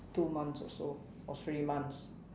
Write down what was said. two months or so or three months